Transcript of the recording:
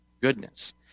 goodness